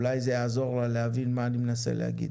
אולי זה יעזור לה להבין מה אני מנסה להגיד.